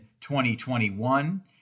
2021